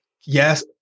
Yes